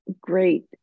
great